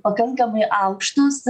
pakankamai aukštus